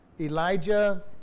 Elijah